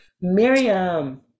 Miriam